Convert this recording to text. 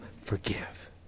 forgive